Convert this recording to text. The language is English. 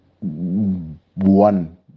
one